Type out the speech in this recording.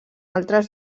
altres